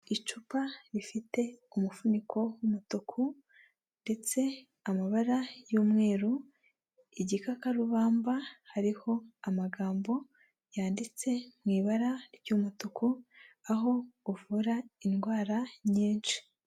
Icupa rifite umufuniko w'umutuku ndetse amabara y'umweru, igikakarubamba, hariho amagambo yanditse mu ibara ry'umutuku, aho uvura indwara nyinshi.